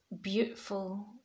beautiful